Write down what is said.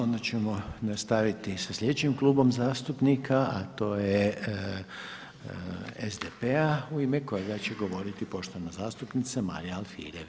Onda ćemo nastaviti sa sljedećim Klubom zastupnika a to je SDP-a u ime kojega će govoriti poštovana zastupnica Marija Alfirev.